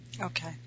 Okay